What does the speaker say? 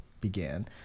began